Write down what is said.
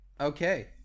okay